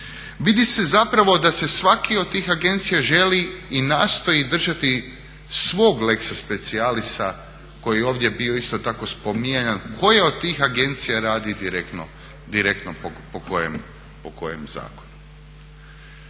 vidi se zapravo da se svaki od tih agencija želi i nastoji držati svog lexa speciallisa koji je ovdje bio isto tako spominjan koja od tih agencija radi direktno po kojem zakonu.